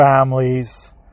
families